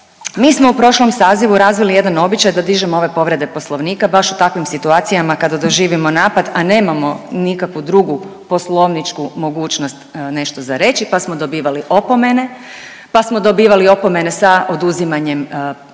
mi smo u prošlom sazivu razvili jedan običaj da dižemo ove povrede Poslovnika baš u takvim situacijama kada doživimo napad, a nemamo nikakvu drugu poslovničku mogućnost nešto za reći pa smo dobivali opomene, pa smo dobivali opomene sa oduzimanjem riječi